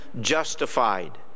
justified